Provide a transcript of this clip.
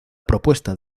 propuesta